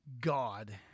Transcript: God